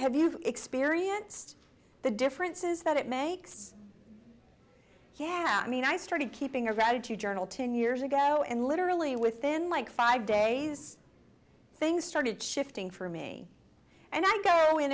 have you've experienced the differences that it makes yeah i mean i started keeping a gratitude journal ten years ago and literally within like five days things started shifting for me and i go in